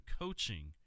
coaching